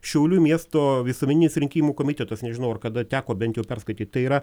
šiaulių miesto visuomeninis rinkimų komitetas nežinau ar kada teko bent jau perskaityti tai yra